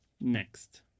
next